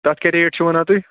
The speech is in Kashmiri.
تتھ کیاہ ریٹ چھِو وَنان تُہۍ